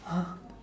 !huh!